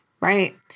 right